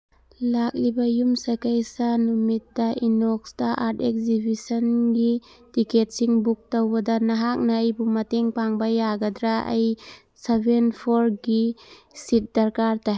ꯂꯥꯛꯂꯤꯕ ꯌꯨꯝꯁꯀꯩꯁ ꯅꯨꯃꯤꯠꯇ ꯏꯅꯣꯛꯁꯇ ꯑꯥꯔꯠ ꯑꯦꯛꯖꯤꯕꯤꯁꯟꯒꯤ ꯇꯤꯀꯦꯠꯁꯤꯡ ꯕꯨꯛ ꯇꯧꯕꯗ ꯅꯍꯥꯛꯅ ꯑꯩꯕꯨ ꯃꯇꯦꯡ ꯄꯥꯡꯕ ꯌꯥꯒꯗ꯭ꯔꯥ ꯑꯩ ꯁꯚꯦꯟ ꯐꯣꯔꯒꯤ ꯁꯤꯠ ꯗꯔꯀꯥꯔ ꯇꯥꯏ